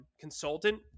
consultant